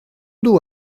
d’eau